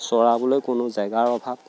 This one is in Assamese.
চৰাবলৈ কোনো জেগাৰ অভাৱ